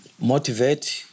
motivate